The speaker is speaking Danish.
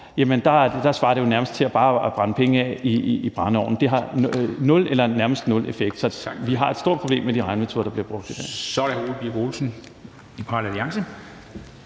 siden af – svarer det jo nærmest til bare at brænde penge af i brændeovnen. Det har nul eller nærmest nul effekt. Så vi har et stort problem med de regnemetoder, der bliver brugt. Kl. 13:51 Formanden (Henrik